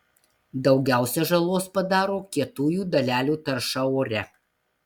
daugiausiai žalos padaro kietųjų dalelių tarša ore